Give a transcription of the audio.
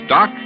Doc